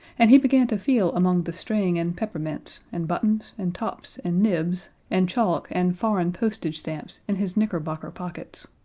and he began to feel among the string and peppermints, and buttons and tops and nibs and chalk and foreign postage stamps in his knickerbocker pockets.